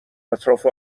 اطراف